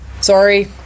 Sorry